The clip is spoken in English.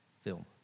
film